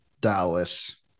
Dallas